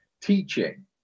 teaching